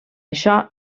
això